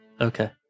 Okay